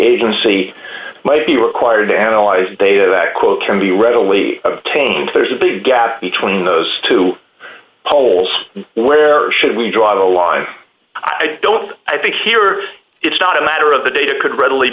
agency might be required to analyze data that quote can be readily obtained there's a big gap between those two polls where should we draw the line i don't i think here it's not a matter of the data could readily